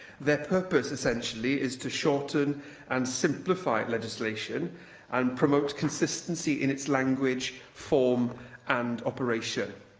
their purpose, essentially, is to shorten and simplify legislation and promote consistency in its language, form and operation.